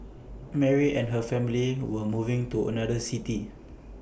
Mary and her family were moving to another city